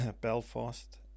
Belfast